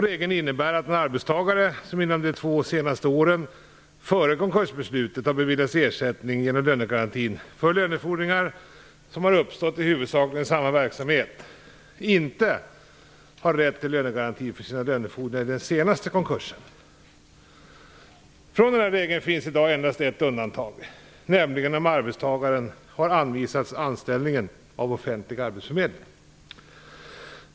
Regeln innebär att en arbetstagare, som inom de två senaste åren före konkursbeslutet har beviljats ersättning genom lönegarantin för lönefordringar som huvudsakligen har uppstått i samma verksamhet, inte har rätt till lönegaranti för sina lönefordringar i den senaste konkursen. Från regeln finns i dag endast ett undantag, nämligen om arbetstagaren har anvisats anställningen av offentlig arbetsförmedling.